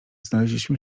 znaleźliśmy